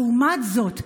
לעומת זאת,